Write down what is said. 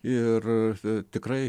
ir tikrai